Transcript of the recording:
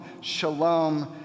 shalom